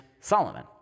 Solomon